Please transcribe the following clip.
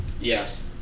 Yes